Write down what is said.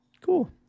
Cool